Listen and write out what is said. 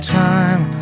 time